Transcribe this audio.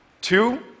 Two